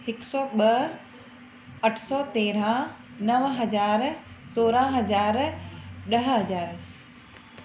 हिक सौ ॿ अठ सौ तेरहं नव हज़ार सोरहं हज़ार ॾह हज़ार